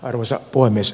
arvoisa puhemies